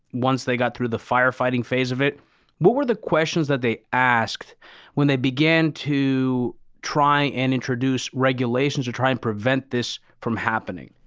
once they got through the firefighting phase of it. what were the questions that they asked when they began to try and introduce regulations to try and prevent this from happening?